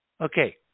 Okay